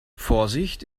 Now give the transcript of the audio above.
vorsicht